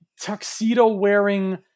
tuxedo-wearing